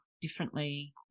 differently